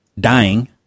dying